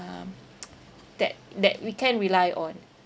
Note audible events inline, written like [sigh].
um [noise] that that we can rely on